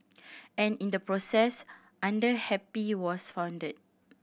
and in the process Under Happy was founded